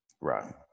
Right